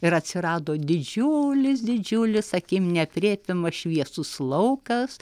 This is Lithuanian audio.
ir atsirado didžiulis didžiulis akim neaprėpiamas šviesus laukas